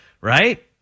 Right